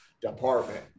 department